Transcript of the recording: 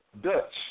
Dutch